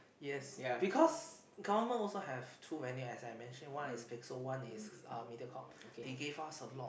yes because government also have too many as I mention one is Pixel one is uh Mediacorp they give us a lot of